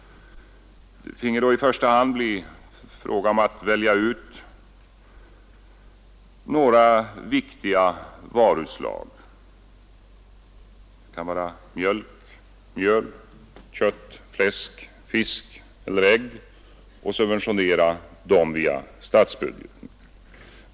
Det finge i första hand bli fråga om att välja ut några viktiga varuslag — det kan vara mjölk, mjöl, kött, fläsk, fisk eller ägg — och subventionera dessa via statsbudgeten.